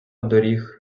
доріг